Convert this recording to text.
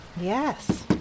Yes